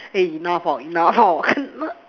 hey enough hor enough hor